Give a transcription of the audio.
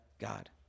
God